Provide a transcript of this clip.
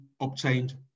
obtained